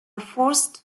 forced